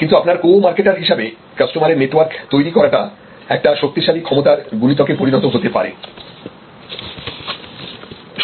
কিন্তু আপনার কোমার্কেটার হিসেবে কাস্টমারের নেটওয়ার্ক তৈরি করাটা একটা শক্তিশালী ক্ষমতার গুণিতক এ পরিণত হতে পারে